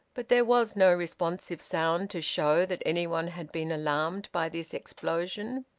but there was no responsive sound to show that anyone had been alarmed by this explosion.